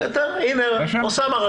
הינה, אוסאמה רשם.